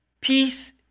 peace